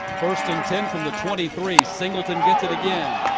first and ten from the twenty three. singleton gets it again.